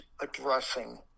addressing